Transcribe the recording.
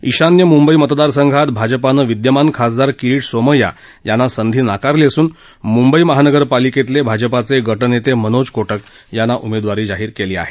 ईशान्य मुंबई मतदार संघात भाजपानं विद्यमान खासदार किरीट सौमय्या यांना संधी नाकारली असून मुंबई महानगरपालिकेतले भाजपा गटनेते मनोज कोटक यांना उमेवारी जाहीर केली आहे